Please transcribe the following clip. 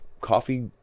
coffee